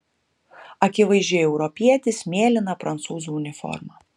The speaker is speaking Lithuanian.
akivaizdžiai europietis mėlyna prancūzų uniforma